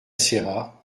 serra